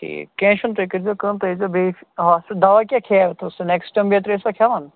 ٹھیٖک کیٚنٛہہ چھُنہٕ تُہۍ کٔرزیٚو کٲم تُہۍ ییٖزیٚو بیٚیہِ ہاسپِٹَل دوا کیٛاہ کھیٚیوٕ سُہ نیکٕسڈام بیترِ ٲسوا کھیٚوان